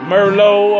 Merlot